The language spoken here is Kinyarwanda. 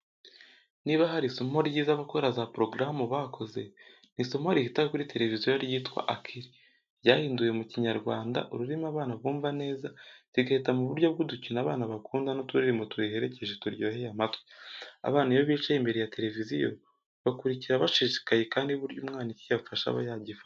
Niba hari isomo ryiza abakora za "programmes" bakoze, ni isomo rihita kuri televiziyo ryitwa "Akili". Ryahinduwe mu Kinyarwanda ururimi abana bumva neza, rigahita mu buryo bw'udukino abana bakunda n'uturirimbo turiherekeje turyoheye amatwi. Abana iyo bicaye imbere ya televisiyo, bakurikira bashishikaye kandi burya umwana icyo afashe aba agifashe.